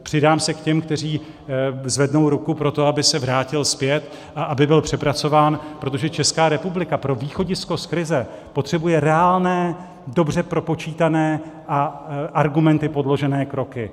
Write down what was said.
Přidám se k těm, kteří zvednou ruku pro to, aby se vrátil zpět a aby byl přepracován, protože Česká republika pro východisko z krize potřebuje reálné, dobře propočítané a argumenty podložené kroky.